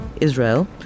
israel